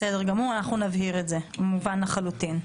בסדר, אנחנו נבהיר את זה, מובן לחלוטין.